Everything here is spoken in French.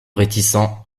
réticent